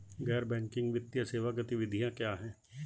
गैर बैंकिंग वित्तीय सेवा गतिविधियाँ क्या हैं?